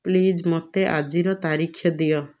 please ମୋତେ ଆଜିର ତାରିଖ ଦିଅ